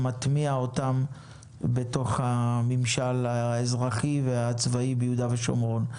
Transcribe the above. ומטמיע אותם בתוך הממשל האזרחי והצבאי ביהודה ושומרון.